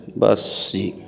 ਬੱਸ ਜੀ